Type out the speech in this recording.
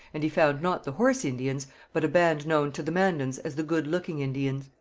and he found not the horse indians but a band known to the mandans as the good-looking indians.